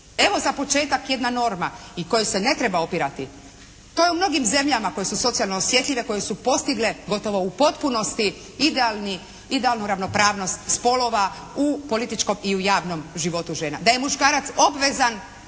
Evo, za početak jedna norma i kojoj se ne treba opirati. To je u mnogim zemljama koje su socijalno osjetljive, koje su postigle gotovo u potpunosti idealnu ravnopravnost spolova u političkom i u javnom životu žena, da je muškarac obvezan